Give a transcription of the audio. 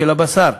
של הבשר,